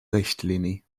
richtlinie